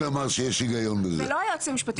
אמרתי שהיועצים המשפטיים